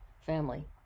family